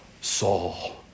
Saul